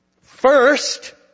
first